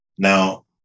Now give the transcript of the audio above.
now